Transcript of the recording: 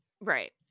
Right